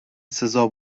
سزا